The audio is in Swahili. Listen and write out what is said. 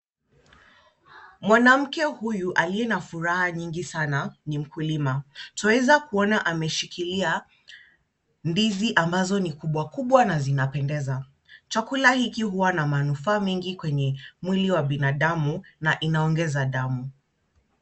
Mwanamke huyu aliye na furaha nyingi sana ni mkulima. Twaweza kuona ameshikilia ndizi ambazo ni kubwa kubwa na zinapendeza. Chakula hiki huwa na manufaa mingi kwa mwili wa binadamu na inaongeza damu.